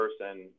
person